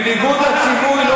בניגוד לציווי,